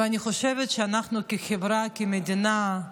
ואני חושבת שאנחנו כחברה, כמדינה,